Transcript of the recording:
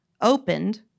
opened